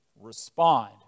respond